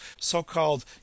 so-called